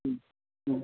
മ് മ്